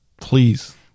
please